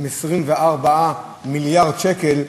הם 24 מיליארד שקל,